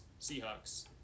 Seahawks